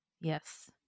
Yes